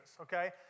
okay